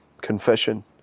Confession